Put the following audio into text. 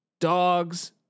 dogs